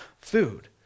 food